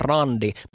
Randi